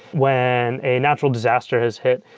when a natural disaster has hit,